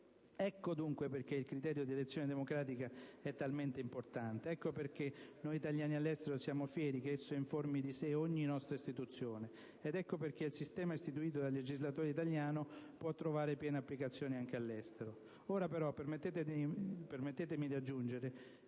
Ecco dunque perché il criterio di selezione democratica è talmente importante, ecco perché noi italiani all'estero siamo fieri che esso informi di sé ogni nostra istituzione ed ecco perché il sistema istituito dal legislatore italiano può trovare piena applicazione anche all'estero.